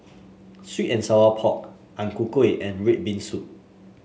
sweet and Sour Pork Ang Ku Kueh and red bean soup